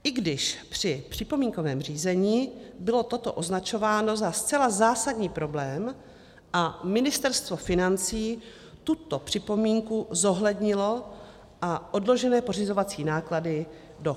I když při připomínkovém řízení bylo toto označováno za zcela zásadní problém a Ministerstvo financí tuto připomínku zohlednilo a odložené pořizovací náklady do kalkulace zahrnulo.